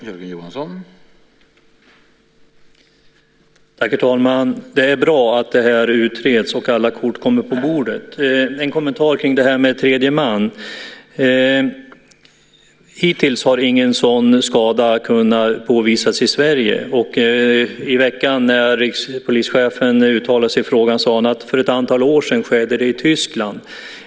Herr talman! Det är bra att det här utreds och att alla kort kommer på bordet. Jag har en kommentar om det här med tredje man. Hittills har ingen sådan skada kunnat påvisas i Sverige. I veckan när rikspolischefen uttalade sig i frågan sade han att det skedde för ett antal år sedan i Tyskland.